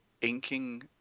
inking